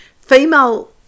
female